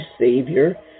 Savior